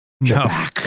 no